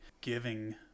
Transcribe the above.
giving